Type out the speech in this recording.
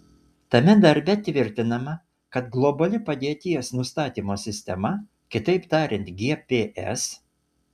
tame darbe tvirtinama kad globali padėties nustatymo sistema kitaip tariant gps